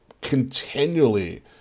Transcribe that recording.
continually